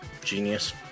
Genius